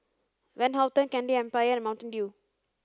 Van Houten Candy Empire and Mountain Dew